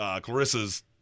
Clarissa's